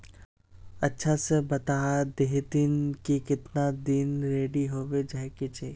अच्छा से बता देतहिन की कीतना दिन रेडी होबे जाय के चही?